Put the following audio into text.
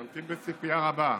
ממתין בציפייה רבה.